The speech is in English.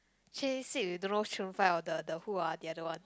change seat with don't know Chun Fai or the the who ah the other one